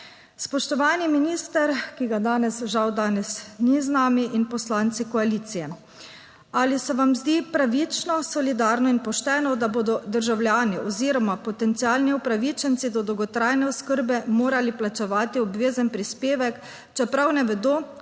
Spoštovani minister, ki ga danes, žal danes ni z nami, in poslanci koalicije. Ali se vam zdi pravično, solidarno in pošteno, da bodo državljani oziroma potencialni upravičenci do dolgotrajne oskrbe morali plačevati obvezen prispevek, čeprav ne vedo,